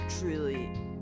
truly